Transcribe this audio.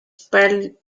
spelled